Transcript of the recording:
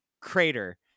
crater